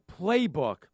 playbook